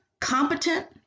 competent